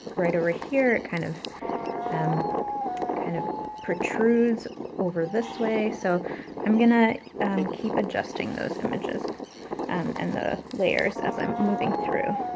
right over here it kind of um kind of protrudes over this way. so i'm gonna um keep adjusting those images and the layers as i'm moving through.